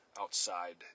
outside